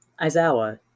Aizawa